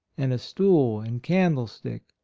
and a stool and candle stick,